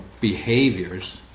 behaviors